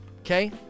Okay